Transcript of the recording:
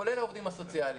כולל העובדים הסוציאליים.